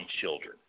children